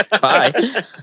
Bye